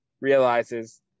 realizes